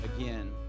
again